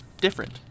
different